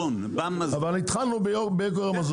זה משפיע על יוקר המחיה.